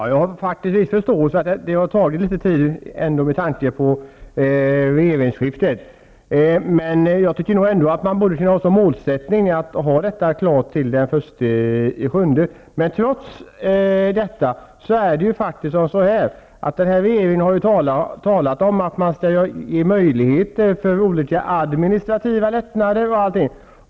Herr talman! Jag har faktiskt förståelse för att det har tagit litet tid med tanke på regeringsskifte, men jag tycker ändå att man borde ha som målsättning att ha detta klart till den 1 juli. Den nya regeringen har talat om att man skall ge möjlighet till olika administrativa lättnader osv.